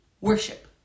worship